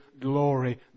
glory